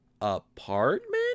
apartment